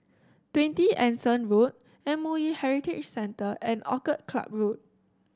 Twenty Anson Road M O E Heritage Centre and Orchid Club Road